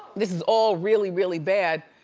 this is all really, really bad.